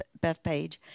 Bethpage